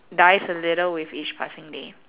dies a little with each passing day